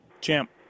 Champ